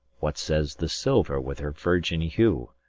what says the silver with her virgin hue?